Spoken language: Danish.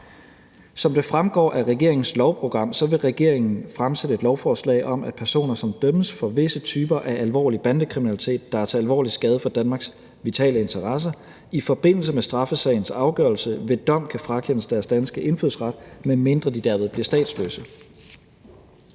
Som det fremgår af regeringens lovprogram, vil regeringen fremsætte et lovforslag om, at personer, som dømmes for visse typer af alvorlig bandekriminalitet, der er til alvorlig skade for Danmarks vitale interesser, i forbindelse med straffesagens afgørelse ved dom kan frakendes deres danske indfødsret, med mindre de derved bliver statsløse.